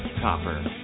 Copper